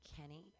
Kenny